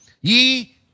ye